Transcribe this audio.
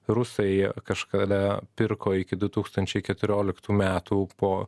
rusai kažkada pirko iki du tūkstančiai keturioliktų metų po